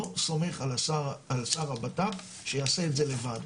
לא סומך על שר הבט"פ שיעשה את זה לבד.